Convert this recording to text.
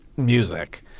music